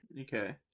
Okay